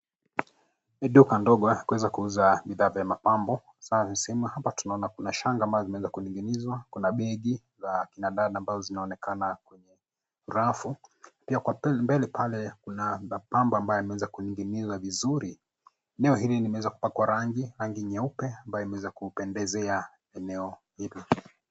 Ni duka ndogo kuweza kuuza bidhaa vya mapambo, hapa tuona shanga inaweza kuningi'niswa kuna beki za kina dada ambao zinaonekana kwenye rafu pia kwa mbele pale pambo ambayo imening'niswa vizuri, eneo hili imeweswa kupakwa rangi, rangi nyeupe ambayo imeweza kupenzea eneo hili